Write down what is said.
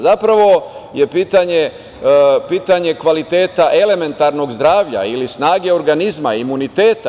Zapravo je pitanje kvaliteta elementarnog zdravlja ili snage organizma ili imuniteta.